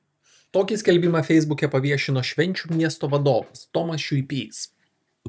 tokį skelbimą feisbuke paviešino švenčių miesto vadovas tomas šiuipys